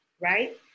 right